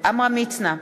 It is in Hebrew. עמרם מצנע,